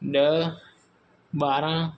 ॾह बारहां